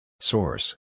Source